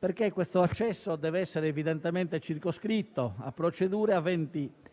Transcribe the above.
perché questo accesso deve essere evidentemente circoscritto a procedure aventi per